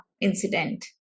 incident